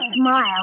smile